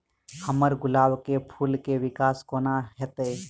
हम्मर गुलाब फूल केँ विकास कोना हेतै?